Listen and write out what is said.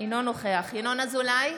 אינו נוכח ינון אזולאי,